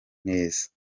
neza